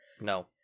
No